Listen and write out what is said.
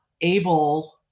able